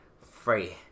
free